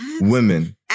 Women